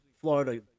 Florida